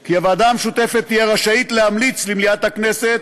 כי הוועדה המשותפת תהיה רשאית להמליץ למליאת הכנסת